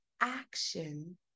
action